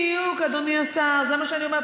בדיוק, אדוני השר, זה מה שאני אומרת.